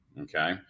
Okay